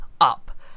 up